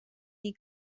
dir